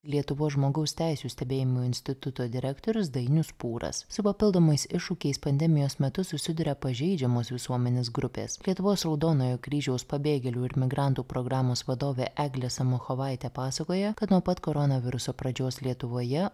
lietuvos žmogaus teisių stebėjimo instituto direktorius dainius pūras su papildomais iššūkiais pandemijos metu susiduria pažeidžiamos visuomenės grupės lietuvos raudonojo kryžiaus pabėgėlių ir migrantų programos vadovė eglė samuchovaitė pasakoja kad nuo pat koronaviruso pradžios lietuvoje